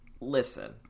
Listen